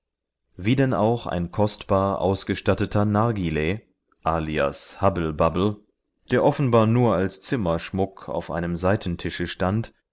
wie denn auch ein kostbar ausgestatteter nargileh alias hubble bubble der offenbar nur als zimmerschmuck auf einem seitentische stand